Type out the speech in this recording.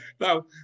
Now